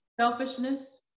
selfishness